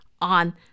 on